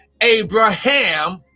Abraham